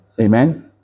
Amen